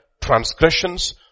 transgressions